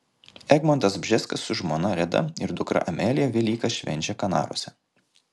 egmontas bžeskas su žmona reda ir dukra amelija velykas švenčia kanaruose